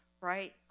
right